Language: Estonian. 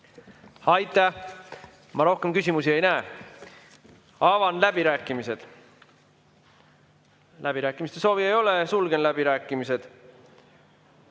Aitäh! Rohkem küsimusi ei näe. Avan läbirääkimised. Läbirääkimiste soovi ei ole, sulgen läbirääkimised.